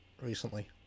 recently